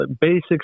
basic